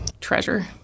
treasure